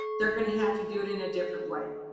they're going to have to do it in a different way.